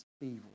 evil